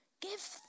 Give